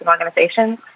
organizations